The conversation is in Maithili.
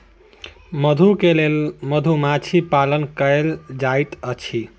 मधु के लेल मधुमाछी पालन कएल जाइत अछि